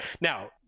Now